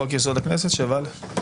חוק-יסוד: הכנסת, 7א?